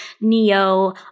neo